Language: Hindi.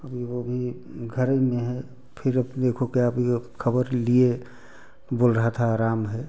अभी वो भी घर ही में है फिर अब देखो क्या अभी खबर लिए बोल रहा था आराम ह